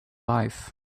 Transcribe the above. life